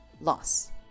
loss